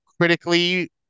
critically